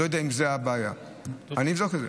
אני לא יודע אם זו הבעיה, אני אבדוק את זה.